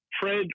Fred